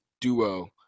duo